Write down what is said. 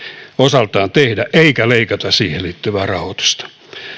osaltaan tehdä eikä leikata siihen liittyvää rahoitusta